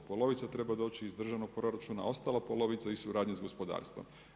Polovica treba doći iz državnog proračuna, a ostala polovica iz suradnje s gospodarstvom.